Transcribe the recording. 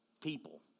people